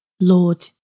Lord